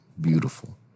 beautiful